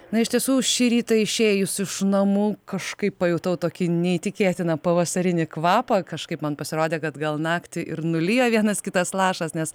na iš tiesų šį rytą išėjus iš namų kažkaip pajutau tokį neįtikėtiną pavasarinį kvapą kažkaip man pasirodė kad gal naktį ir nulijo vienas kitas lašas nes